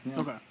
Okay